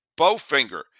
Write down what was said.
Bowfinger